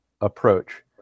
approach